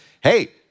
hey